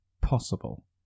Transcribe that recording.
possible